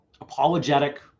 Apologetic